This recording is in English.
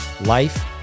life